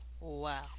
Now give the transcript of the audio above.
Wow